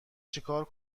چیکار